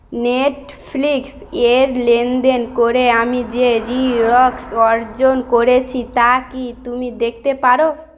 Netflix এর লেনদেন করে আমি যে রি রক্স অর্জন করেছি তা কি তুমি দেখতে পারো